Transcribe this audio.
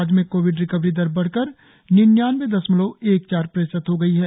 राज्य में Covid recovery दर बढ़कर निन्यनवे दशमलव एक चार प्रतिशत हो गई है